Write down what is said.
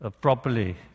properly